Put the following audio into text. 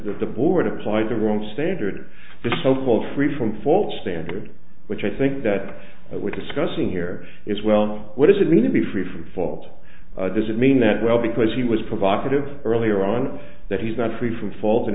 the board applied the wrong standard the so called free from fault standard which i think that what we're discussing here is well what does it mean to be free from fault does it mean that well because he was provocative earlier on that he's not free from fault and